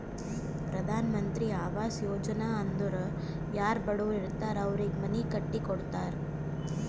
ಪ್ರಧಾನ್ ಮಂತ್ರಿ ಆವಾಸ್ ಯೋಜನಾ ಅಂದುರ್ ಯಾರೂ ಬಡುರ್ ಇರ್ತಾರ್ ಅವ್ರಿಗ ಮನಿ ಕಟ್ಟಿ ಕೊಡ್ತಾರ್